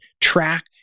track